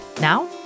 Now